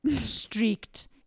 streaked